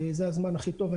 וזה הזמן הכי טוב.